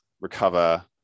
recover